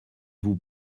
vous